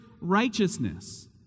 righteousness